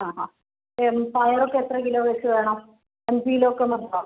അ പയറൊക്കെ എത്ര കിലോ വെച്ച് വേണം അഞ്ച് കിലോ ഒക്കെ നിർത്താം